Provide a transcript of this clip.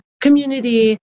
community